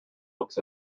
looks